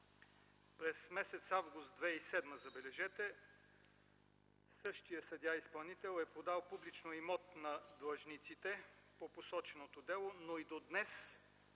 През месец август 2007 г. същият съдия изпълнител е продал публично имот на длъжниците по посоченото дело, но и до днес не